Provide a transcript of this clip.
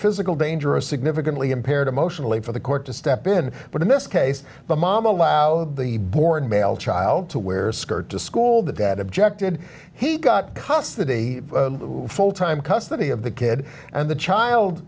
physical danger a significantly impaired emotionally for the court to step in but in this case but mom allowed the born male child to wear a skirt to school that that objected he got custody full time custody of the kid and the child